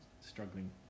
struggling